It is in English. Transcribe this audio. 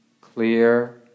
clear